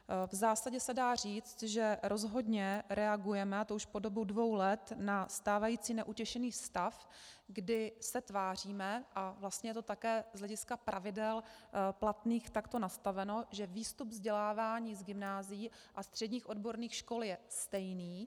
V zásadě se dá říct, že rozhodně reagujeme, a to už po dobu dvou let, na stávající neutěšený stav, kdy se tváříme, a vlastně je to také z hlediska pravidel platných takto nastaveno, že výstup vzdělávání z gymnázií a středních odborných škol je stejný.